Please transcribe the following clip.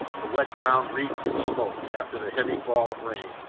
the wet ground reeked and smoked, after the heavy fall of rain,